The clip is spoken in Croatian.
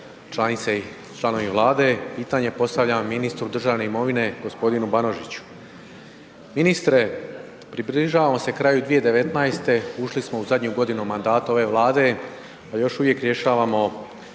članice i članovi Vlade. Pitanje postavljam ministru državne imovine g. Banožiću. Ministre, približavamo se kraju 2019., ušli smo u zadnju godinu mandata ove Vlade a još uvijek rješavamo